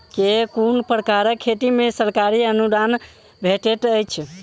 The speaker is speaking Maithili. केँ कुन प्रकारक खेती मे सरकारी अनुदान भेटैत अछि?